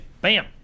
bam